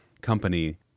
company